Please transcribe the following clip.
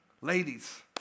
Ladies